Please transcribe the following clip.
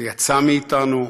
זה יצא מאתנו,